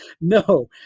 No